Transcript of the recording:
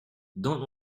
don’t